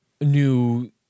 new